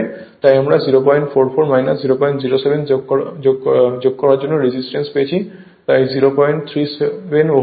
তাই আমরা 044 007 যোগ করার জন্য রেজিস্ট্যান্স পেয়েছি তাই 037 ওহম হবে